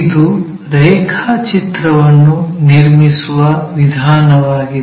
ಇದು ರೇಖಾಚಿತ್ರವನ್ನು ನಿರ್ಮಿಸುವ ವಿಧಾನವಾಗಿದೆ